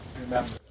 remember